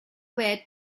where